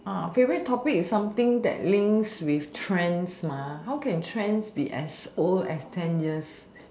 uh favourite topic is something that links with trends mah how can trends be as old as ten years